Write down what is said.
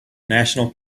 national